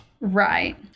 Right